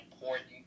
important